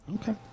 Okay